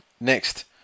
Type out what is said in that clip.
Next